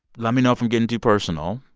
let me know if i'm getting too personal.